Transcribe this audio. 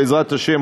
בעזרת השם,